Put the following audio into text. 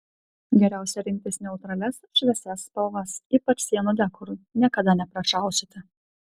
geriausia rinktis neutralias šviesias spalvas ypač sienų dekorui niekada neprašausite